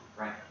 right